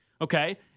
Okay